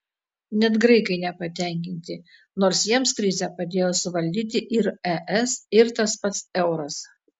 net graikai nepatenkinti nors jiems krizę padėjo suvaldyti ir es ir tas pats euras